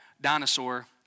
Dinosaur